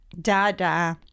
Dada